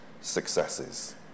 successes